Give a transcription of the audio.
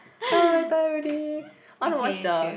ah very tired already I want to watch the